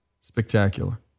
spectacular